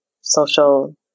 social